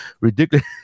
Ridiculous